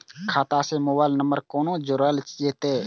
खाता से mobile number कोना जोरल जेते?